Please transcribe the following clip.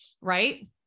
right